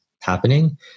happening